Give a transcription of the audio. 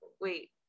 wait